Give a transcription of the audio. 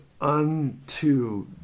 unto